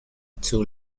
too